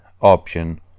option